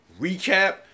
Recap